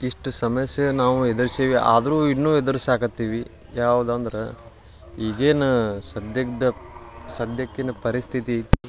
ಇಷ್ಟು ಸಮಸ್ಯೆ ನಾವು ಎದುರ್ಸ್ತೇವಿ ಆದರೂ ಇನ್ನೂ ಎದುರ್ಸಾಕತ್ತೀವಿ ಯಾವ್ದು ಅಂದ್ರೆ ಈಗೇನು ಸದ್ಯದ ಸದ್ಯಕ್ಕಿನ ಪರಿಸ್ಥಿತಿ